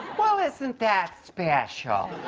isn't that special.